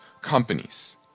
companies